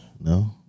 No